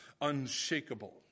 unshakable